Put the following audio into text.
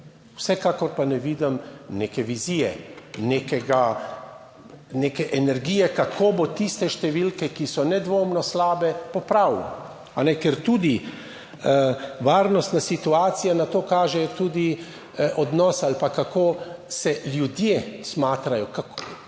Vsekakor pa ne vidim neke vizije, neke energije, kako bo tiste številke, ki so nedvomno slabe, popravil. Ker tudi varnostna situacija, na to kažejo tudi odnos ali pa kako se ljudje smatrajo,